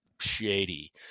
shady